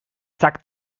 zack